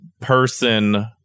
person